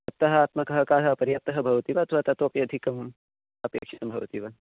सप्ताहात्मकः कालः पर्याप्तः भवति वा अथवा ततोपि अधिकम् अपेक्षितं भवति वा